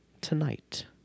tonight